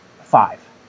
five